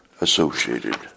associated